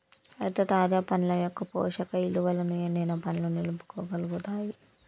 అయితే తాజా పండ్ల యొక్క పోషక ఇలువలను ఎండిన పండ్లు నిలుపుకోగలుగుతాయి